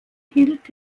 hielt